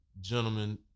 gentlemen